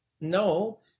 no